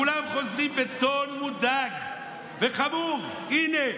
כולם חוזרים בטון מודאג וחמור: הינה,